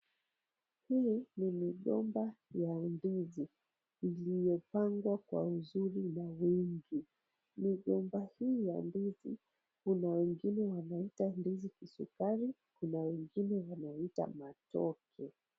Hii ni migomba ya ndizi, zilizopangwa kwa uzuri na wingi. Migomba hii ya ndizi, kuna wengine wanaita ndizi kisukari, na wengine wanaiita matoke.